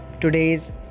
today's